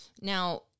Now